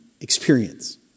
experience